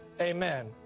Amen